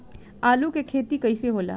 आलू के खेती कैसे होला?